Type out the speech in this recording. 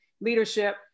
leadership